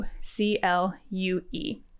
C-L-U-E